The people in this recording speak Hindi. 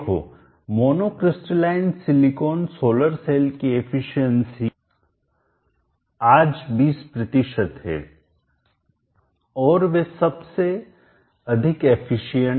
देखो मोनोक्रिस्टलाइन सिलीकान सोलर सेल की एफिशिएंसी दक्षता आज 20 है और वे सबसे अधिकएफिशिएंटदक्षहैं